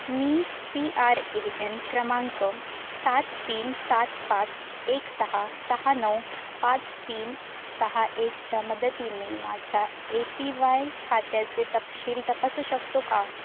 me P R A N क्रमांक सात तीन सात पाच एक सहा सहा नऊ पाच तीन सहा एकच्या मदतीने माझ्या ए पी वाय खात्याचे तपशील तपासू शकतो का